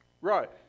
Right